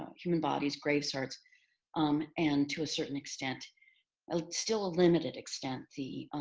human bodies, grave starts and to a certain extent, a still a limited extent, the